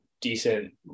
decent